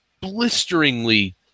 blisteringly